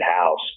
house